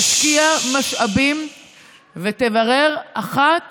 תשקיע משאבים ותברר אחת